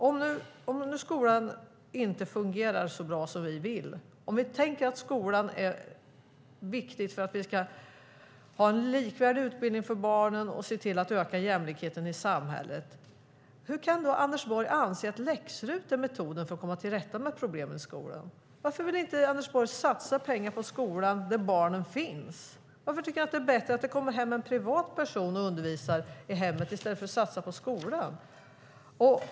Om skolan inte fungerar så bra som vi vill, och om vi tycker att skolan är viktig för att få en likvärdig utbildning för barnen och öka jämlikheten i samhället, hur kan Anders Borg då anse att läx-RUT är metoden för att komma till rätta med problemen i skolan? Varför vill Anders Borg inte satsa pengar på skolan, där barnen finns? Varför tycker han att det är bättre att det kommer hem en privatperson och undervisar i stället för att satsa på skolan?